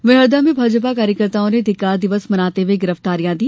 वहीं हरदा में भाजपा कार्यकर्ताओं ने धिक्कार दिवस मनाते हुए गिरफ्तारियां दी